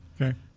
Okay